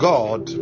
God